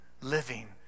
living